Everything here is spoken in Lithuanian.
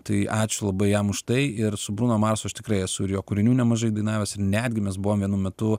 tai ačiū labai jam už tai ir su bruno marsu aš tikrai esu ir jo kūrinių nemažai dainavęs netgi mes buvom vienu metu